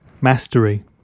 mastery